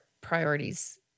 priorities